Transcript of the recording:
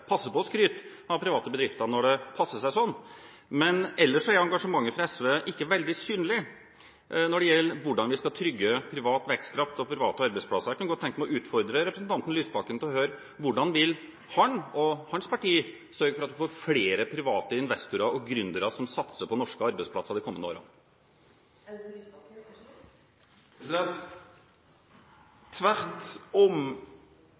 passer på å skryte av private bedrifter når det passer seg sånn, men ellers er engasjementet fra SV ikke veldig synlig når det gjelder hvordan vi skal trygge privat vekstkraft og private arbeidsplasser. Jeg kunne godt tenke meg å utfordre representanten Lysbakken: Hvordan vil han og hans parti sørge for at vi får flere private investorer og gründere som satser på norske arbeidsplasser de kommende årene? Tvert om